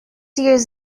years